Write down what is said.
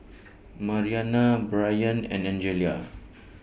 Mariana Bryant and Angella